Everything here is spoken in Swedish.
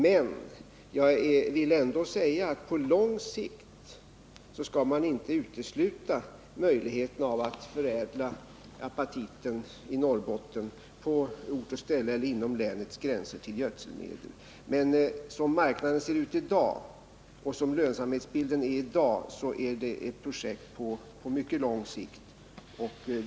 Men på lång sikt skall man inte utesluta möjligheten av att förädla apatiten i Norrbotten till gödselmedel, på ort och ställe eller inom länets gränser. Som lönsamhetsbilden och marknadsläget ser ut i dag är det emellertid ett projekt på mycket lång sikt.